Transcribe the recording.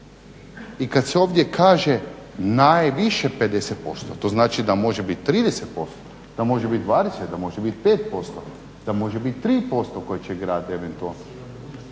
I kad se ovdje kaže najviše 50%. To znači da može biti 30%, da može bit 20, da može bit 5%, da može bit 3% koje će grad eventualno